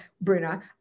Bruna